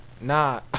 Nah